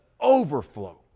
overflow